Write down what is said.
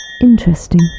Interesting